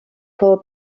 for